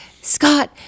Scott